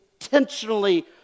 intentionally